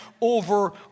over